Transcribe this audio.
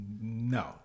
No